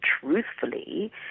truthfully